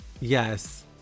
Yes